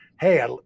hey